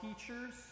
teachers